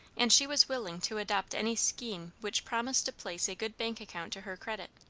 and she was willing to adopt any scheme which promised to place a good bank account to her credit.